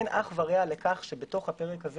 אין אח ורע לכך שבתוך הפרק הזה